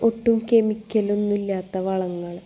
ഒട്ടും കെമിക്കലൊന്നും ഇല്ലാത്ത വളങ്ങൾ